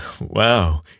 Wow